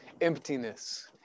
emptiness